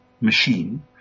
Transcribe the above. machine